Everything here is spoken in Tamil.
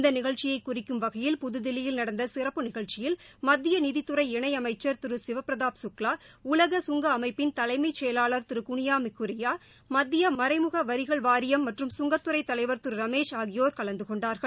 இந்த நிகழ்ச்சியை குறிக்கும் வகையில் புதுதில்லியில் நடந்த சிறப்பு நிகழ்ச்சியில் மத்திய நிதித்துறை இணையமைச்சள் திரு சிவபிரதாப் சுக்லா உலக சுங்க அமைப்பிள் தலைமை செயலாளா் திரு குனியோ மிக்கூரியா மத்திய மறைமுகவரிகள் வாரியம் மற்றும் சுங்கத்துறை தலைவர் திரு ரமேஷ் ஆகியோர் கலந்து கொண்டார்கள்